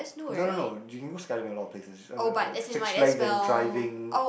no no no you can go skydiving in a lot of places I don't know like six flags and driving